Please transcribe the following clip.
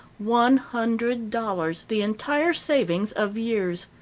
one hundred dollars, the entire savings of years.